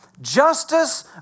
Justice